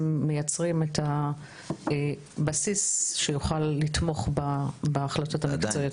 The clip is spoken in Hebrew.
מייצרים את הבסיס שיוכל לתמוך בהחלטות המקצועיות.